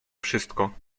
wszystko